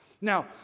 Now